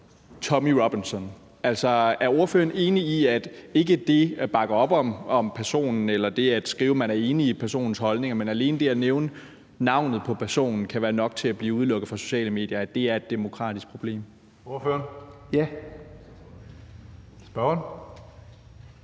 demokratisk problem, at ikke det at bakke op om personen eller det at skrive, at man er enig i personens holdninger, men alene det at nævne navnet på personen kan være nok til at blive udelukket fra sociale medier? Kl. 16:47 Tredje næstformand (Karsten Hønge):